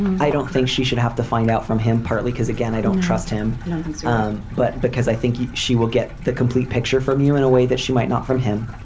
i don't think she should have to find out from him partly because again i don't trust him so um but because i think she will get the complete picture from you in a way that she might not from him.